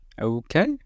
okay